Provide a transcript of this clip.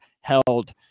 held